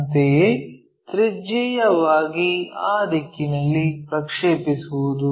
ಅಂತೆಯೇ ತ್ರಿಜ್ಯೀಯವಾಗಿ ಆ ದಿಕ್ಕಿನಲ್ಲಿ ಪ್ರಕ್ಷೇಪಿಸುವುದು